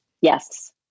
Yes